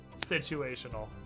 situational